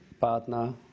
partner